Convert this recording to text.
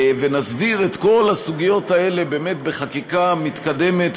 ונסדיר את כל הסוגיות האלה באמת בחקיקה מתקדמת,